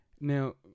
Now